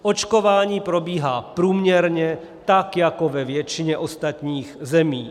Očkování probíhá průměrně tak jako ve většině ostatních zemí.